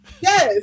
Yes